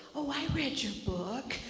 oh, i read your book.